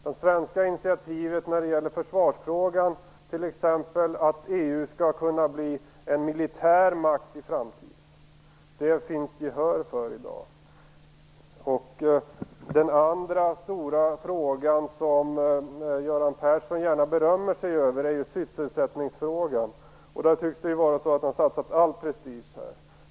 Det svenska initiativet i försvarsfrågan, t.ex. att EU skall kunna bli en militär makt i framtiden, finns det gehör för i dag. Den andra stora frågan som Göran Persson gärna berömmer sig av är sysselsättningsfrågan. Där tycks han ha satsat all prestige.